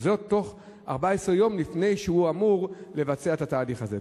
וזאת בתוך 14 יום לפני שהוא אמור לבצע את התהליך הזה.